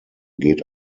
geht